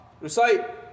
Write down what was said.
recite